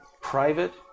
private